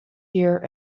here